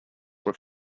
were